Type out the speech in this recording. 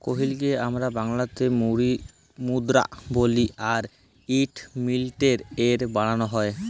কইলকে আমরা বাংলাতে মুদরা বলি আর ইট মিলটে এ বালালো হয়